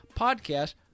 podcast